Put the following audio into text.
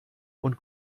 und